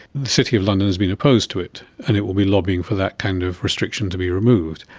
the city of london has been opposed to it and it will be lobbying for that kind of restriction to be removed.